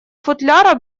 футляра